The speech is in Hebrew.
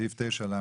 בסעיף 9ל,